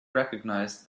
recognize